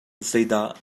zeidah